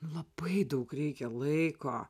labai daug reikia laiko